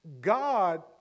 God